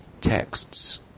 texts